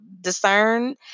discern